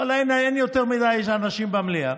ואללה, אין יותר מדי אנשים במליאה.